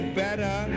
better